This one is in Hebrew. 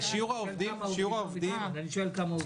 שיעור העובדים --- אני שואל כמה עובדים.